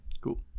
Cool